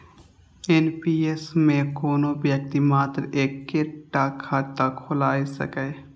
NPS मे कोनो व्यक्ति मात्र एक्के टा खाता खोलाए सकैए